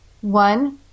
one